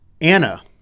Anna